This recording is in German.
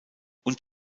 und